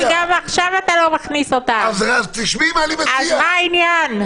גם עכשיו אתה לא מכניס אותם, אז מה העניין?